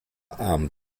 arm